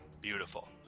Beautiful